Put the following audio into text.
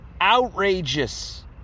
outrageous